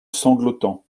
sanglotant